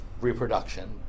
reproduction